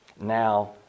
Now